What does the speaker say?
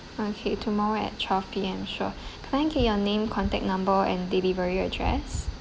okay tomorrow at twelve P_M sure can I get your name contact number and delivery address